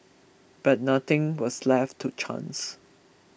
but nothing was left to chance